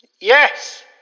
Yes